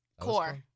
Core